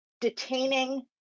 detaining